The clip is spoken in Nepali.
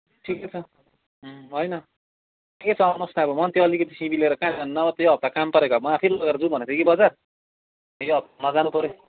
ठिकै छ होइन ठिकै छ आउनुहोस् न अब म पनि त्यो अलिकति सिमी लिएर कहाँ जानु नभए यो हप्ता काम परेको भए म आफै लिएर जाउँ भनेको थिएँ कि बजार यो हप्ता नजानु पऱ्यो